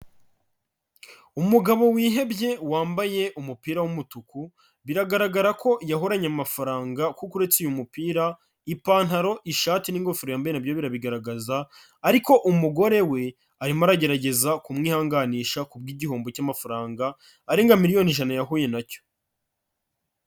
Umugabo wihebye wambaye umupira w'umutuku, biragaragara ko yahoranye amafaranga kuko uretse uyu mupira, ipantaro, ishati n'ingofero yambaye na byo birabigaragaza ariko umugore we arimo aragerageza kumwihanganisha kubw'igihombo cy'amafaranga arenga miliyoni ijana yahuye na cyo.